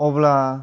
अब्ला